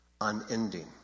unending